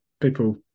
people